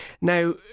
Now